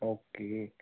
okay ਜੀ